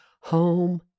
home